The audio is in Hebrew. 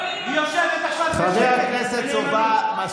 חברי הכנסת, תודה.